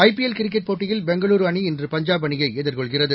I P L cricket போட்டியில் பெங்களூரு அணி இன்று பஞ்சாப் அணியை எதிர்கொள்கிறது